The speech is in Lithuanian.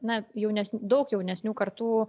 na jaunesnių daug jaunesnių kartų